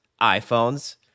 iPhones